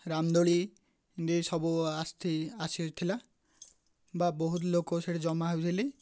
ରାମଦୋଳି ଏମିତି ସବୁ ଆସି ଆସିଥିଲା ବା ବହୁତ ଲୋକ ସେଠି ଜମା ହେଇଥିଲେ